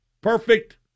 perfect